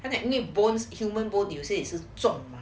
and the new bone human bone 有些也是重